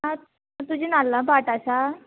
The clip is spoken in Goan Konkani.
आं तुजें नाल्ला भाट आसा